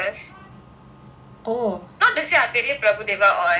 not the same prabu deva all but it is fun so I just join